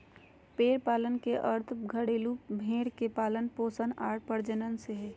भेड़ पालन के अर्थ घरेलू भेड़ के पालन पोषण आर प्रजनन से हइ